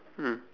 mm